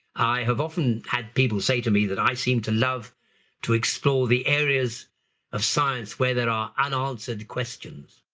i have often had people say to me that i seem to love to explore the areas of science where there are unanswered questions,